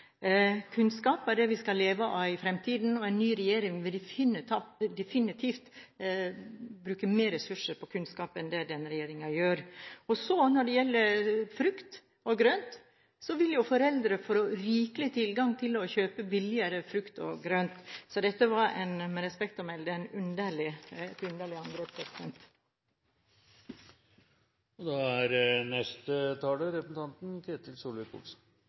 kunnskap og etterutdanning av lærere. Kunnskap er det vi skal leve av i fremtiden, og en ny regjering må definitivt bruke mer ressurser på kunnskap enn det denne regjeringen gjør. Når det gjelder frukt og grønt, vil foreldre få rikelig adgang til å kjøpe billigere frukt og grønt, så dette var, med respekt å melde, en underlig angrep. Dette er nok et